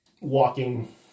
walking